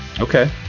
okay